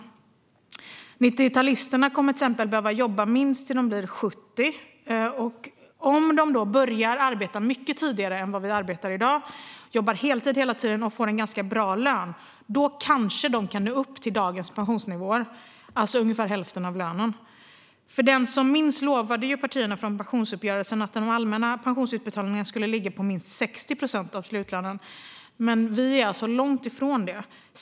90-talisterna kommer att behöva jobba tills de är minst 70. Om de börjar arbeta mycket tidigare än i dag, jobbar heltid hela tiden och får en bra lön kanske de kan nå upp till dagens pensionsnivåer, ungefär hälften av lönen. För den som minns lovade partierna som deltog i pensionsuppgörelsen att den allmänna pensionsutbetalningen skulle ligga på minst 60 procent av slutlönen, men den är långt ifrån det.